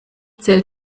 zählt